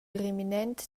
reminent